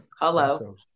Hello